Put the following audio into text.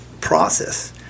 process